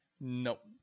Nope